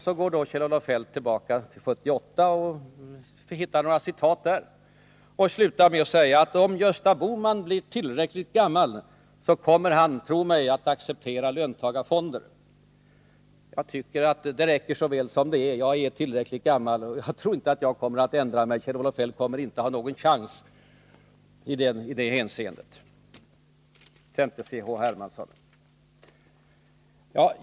Så går då Kjell-Olof Feldt tillbaka till 1978 och hittar några citat. Han slutar med att påstå, att om Gösta Bohman blir tillräckligt gammal, kommer han, tro mig, att acceptera löntagarfonder. Det räcker så väl som det är. Jag är tillräckligt gammal, och jag tror inte att jag kommer att ändra mig. Kjell-Olof Feldt kommer inte att ha någon chans i det hänseendet. Sedan till C.-H. Hermansson.